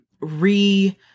re